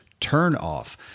turnoff